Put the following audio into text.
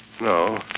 No